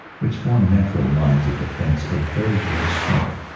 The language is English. which formed natural lines of defense of very great strength.